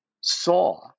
saw